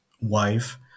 wife